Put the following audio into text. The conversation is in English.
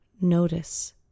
Notice